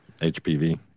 HPV